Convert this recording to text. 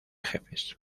jefes